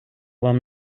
вам